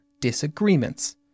Disagreements